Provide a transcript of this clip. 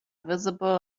visible